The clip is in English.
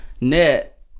net